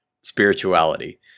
spirituality